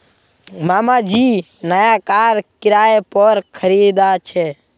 मामा जी नया कार किराय पोर खरीदा छे